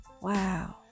wow